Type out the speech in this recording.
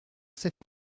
cette